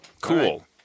cool